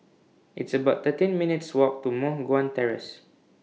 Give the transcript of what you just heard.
It's about thirteen minutes' Walk to Moh Guan Terrace